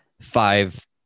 five